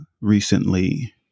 recently